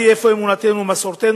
מה היא אפוא אמונתנו ומסורתנו?